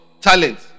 Talent